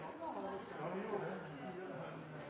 Da har jeg